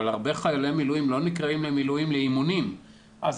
אבל הרבה חיילי מילואים לא נקראים למילואים לאימונים אז